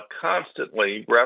constantly